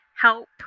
help